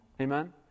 Amen